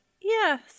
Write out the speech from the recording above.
Yes